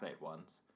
ones